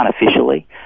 unofficially